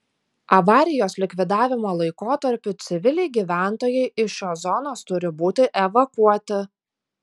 avarijos likvidavimo laikotarpiu civiliai gyventojai iš šios zonos turi būti evakuoti